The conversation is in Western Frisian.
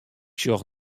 sjoch